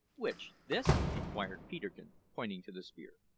which this? inquired peterkin, pointing to the spear.